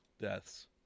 Deaths